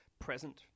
present